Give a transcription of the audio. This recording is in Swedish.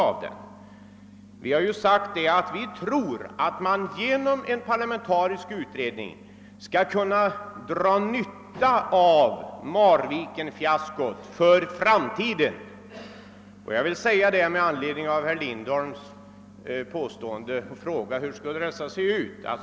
Men vi har ju framhållit, att vi tror att man genom en parlamentarisk utredning skall kunna utnyttja erfarenheterna från Marvikenfiaskot i framtiden.